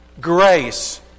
grace